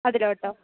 അതിലോട്ടോ